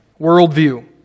worldview